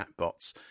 chatbots